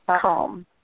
calm